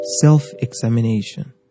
Self-examination